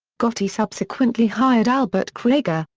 gotti subsequently hired albert krieger,